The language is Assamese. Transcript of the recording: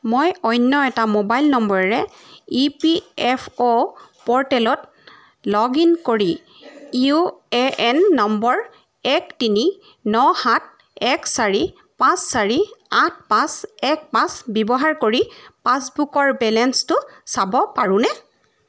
মই অন্য এটা মোবাইল নম্বৰেৰে ই পি এফ অ' প'ৰ্টেলত লগ ইন কৰি ইউ এ এন নম্বৰ এক তিনি ন সাত এক চাৰি পাঁচ চাৰি আঠ পাঁচ এক পাঁচ ব্যৱহাৰ কৰি পাছবুকৰ বেলেঞ্চটো চাব পাৰোঁনে